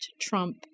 Trump